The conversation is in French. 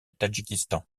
tadjikistan